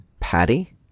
Patty